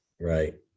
right